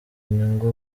inyungu